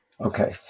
Okay